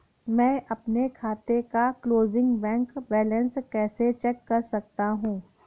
मैं अपने खाते का क्लोजिंग बैंक बैलेंस कैसे चेक कर सकता हूँ?